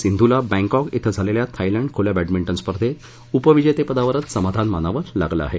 सिंधूला Bangkok िं झालेल्या Thailand खुल्या बॅडमिंटन स्पर्धेत उपविजेतेपदावरच समाधान मानाव लागलं आहे